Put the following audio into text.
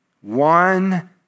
One